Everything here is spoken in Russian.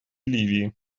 ливии